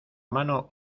mano